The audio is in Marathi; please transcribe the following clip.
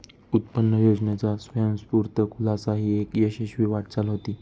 उत्पन्न योजनेचा स्वयंस्फूर्त खुलासा ही एक यशस्वी वाटचाल होती